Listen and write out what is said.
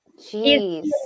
Jeez